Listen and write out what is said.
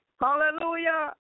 Hallelujah